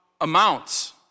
amounts